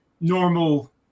normal